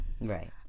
right